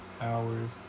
hours